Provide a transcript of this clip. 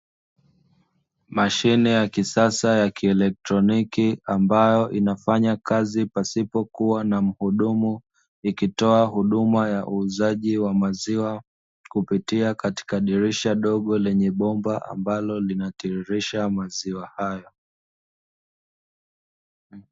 Mashine ya kisasa ya kielektroniki ambayo inayofanya kazi pasipo kuwa na muhudumu ikitoa huduma ya uuzaji wa maziwa kupitia katika dirisha dogo lenye bomba ambalo linatiririsha maziwa hayo.